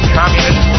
communist